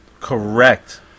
Correct